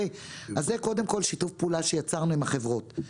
זה קודם כל שיתוף פעולה שיצרנו עם החברות.